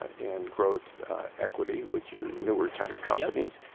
and growth equity, which are newer type companies.